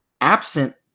absent